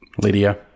Lydia